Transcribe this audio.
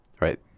right